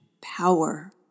power